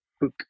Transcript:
book